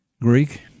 Greek